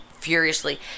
furiously